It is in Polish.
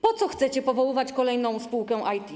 Po co chcecie powoływać kolejną spółkę IT?